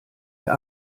der